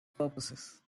purposes